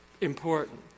important